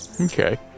Okay